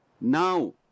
now